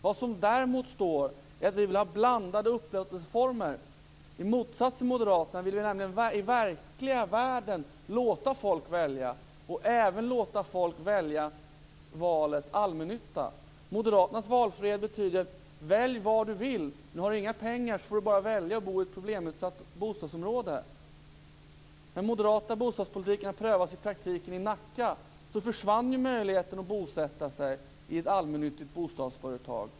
Vad som däremot står är att vi vill ha blandade upplåtelseformer. I motsats till moderaterna vill vi nämligen i verkliga världen låta folk välja, och vi vill även låta folk välja allmännyttan. Moderaternas valfrihet innebär att man kan välja vad man vill, men om man inte har några pengar får man bara välja att bo i ett problemutsatt bostadsområde. När den moderata bostadspolitiken prövades i praktiken i Nacka försvann möjligheten att bosätta sig i ett allmännyttigt bostadsföretag.